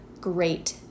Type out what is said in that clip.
great